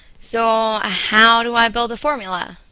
so, how do i build a formula?